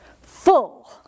full